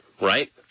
right